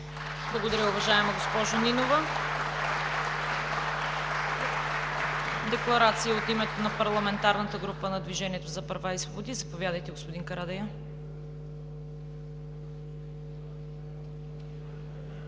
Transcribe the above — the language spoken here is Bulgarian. Благодаря, уважаема госпожо Нинова. Декларация от името на парламентарната група на „Движението за права и свободи“. Заповядайте, господин Карадайъ.